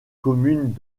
communes